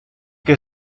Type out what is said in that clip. que